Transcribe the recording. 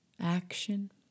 action